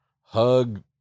hug